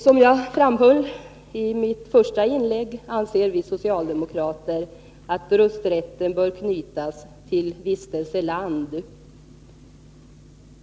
Som jag framhöll i mitt första inlägg anser vi socialdemokrater att rösträtten bör knytas till vistelseland.